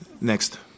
Next